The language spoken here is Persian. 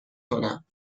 کنم